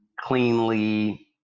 cleanly